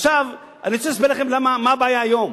עכשיו, אני רוצה להסביר לכם מה הבעיה היום.